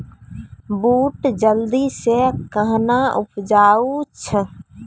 बूट जल्दी से कहना उपजाऊ छ?